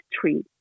tree